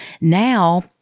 now